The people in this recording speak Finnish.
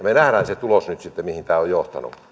me näemme nyt sitten sen tuloksen mihin tämä on johtanut